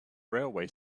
railway